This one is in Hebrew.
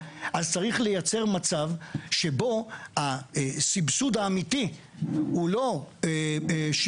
אז צריך לייצר מצב שבו הסבסוד האמיתי הוא לא 69%,